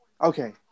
okay